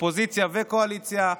אופוזיציה וקואליציה,